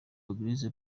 eglise